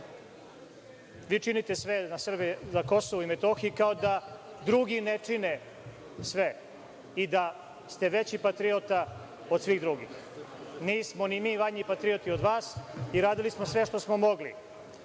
vi činite sve na KiM kao da drugi ne čine sve i da ste veći patriota od svih drugih. Nismo ni mi vajni patrioti od vas i radili smo sve što smo mogli.